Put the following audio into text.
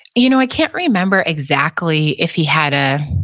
you know, i can't remember exactly if he had a